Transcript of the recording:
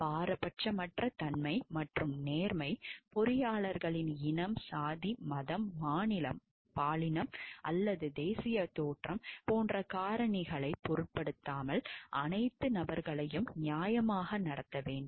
பாரபட்சமற்ற தன்மை மற்றும் நேர்மை பொறியாளர்கள் இனம் சாதி மதம் மாநிலம் பாலினம் அல்லது தேசிய தோற்றம் போன்ற காரணிகளைப் பொருட்படுத்தாமல் அனைத்து நபர்களையும் நியாயமாக நடத்த வேண்டும்